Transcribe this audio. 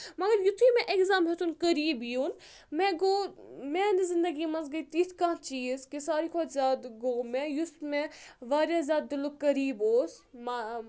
مگر یُتھُے مےٚ ایٚگزام ہیٚتُن قریٖب یُن مےٚ گوٚو میانہِ زندگی منٛز گٔے تِتھ کانٛہہ چیٖز کہِ ساروی کھۄتہٕ زیادٕ گوٚو مےٚ یُس مےٚ واریاہ زیادٕ دِلُک قریٖب اوس